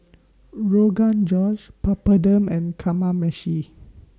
Rogan Josh Papadum and Kamameshi